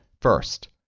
First